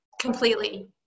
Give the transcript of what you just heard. Completely